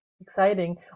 exciting